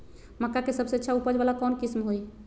मक्का के सबसे अच्छा उपज वाला कौन किस्म होई?